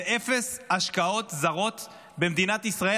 זה אפס השקעות זרות במדינת ישראל.